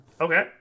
Okay